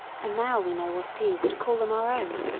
and now we know what it is to call them our own.